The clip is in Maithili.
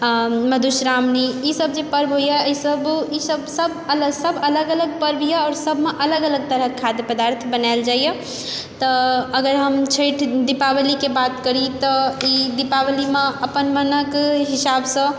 मधुश्रावणी ईसब जे पर्व होइए ईसब ईसब सब अलग सब अलग अलग पर्व यऽ आओर सबमे अलग अलग तरहके खाद्य पदार्थ बनायल जाइए तऽ अगर हम छैठ दीपावलीके बात करि तऽ ई दीपावलीमे अपन मनक हिसाबसँ